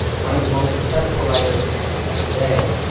one of the most successful writers of today,